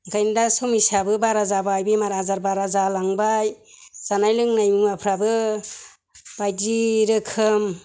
ओंखायनो दा समस्याआबो बारा जाबाय बेमार आजार बारा जालांबाय जानाय लोंनाय मुवाफोराबो बायदि रोखोम